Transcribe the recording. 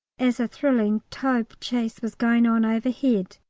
as a thrilling taube chase was going on overhead,